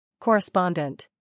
Correspondent